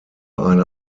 eine